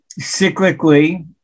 Cyclically